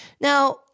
Now